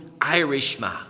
Irishman